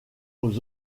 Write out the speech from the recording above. aux